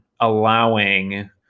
allowing